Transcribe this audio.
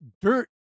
Dirt